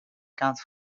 comes